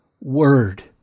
word